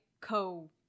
co